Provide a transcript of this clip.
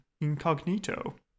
incognito